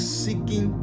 seeking